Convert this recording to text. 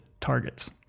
targets